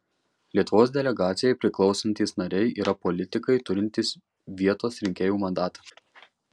lietuvos delegacijai priklausantys nariai yra politikai turintys vietos rinkėjų mandatą